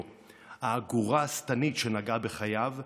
הגרורה השטנית שנגעה בחייו,